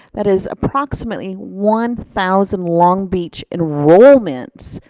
that is approximately one thousand long beach enrollments